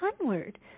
onward